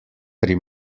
pri